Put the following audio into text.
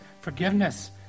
forgiveness